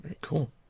Cool